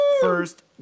First